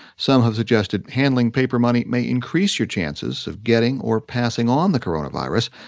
some have suggested handling paper money may increase your chances of getting or passing on the coronavirus,